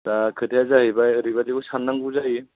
दा खोथाया जाहैबाय ओरैबायदिबो साननांगौ जाहैयो